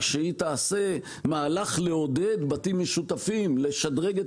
שחברת החשמל תעשה מהלך לעודד בתים משותפים לשדרג את